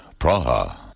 Praha